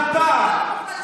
עם כפית זהב,